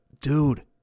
dude